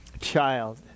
child